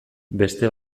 beste